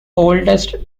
oldest